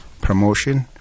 promotion